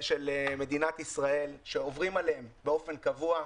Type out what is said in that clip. של מדינת ישראל שעוברים עליהם באופן קבוע,